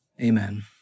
Amen